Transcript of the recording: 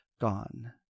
gone